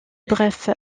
brefs